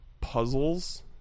puzzles